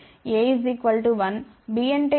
A 1 B అంటే ఏమిటి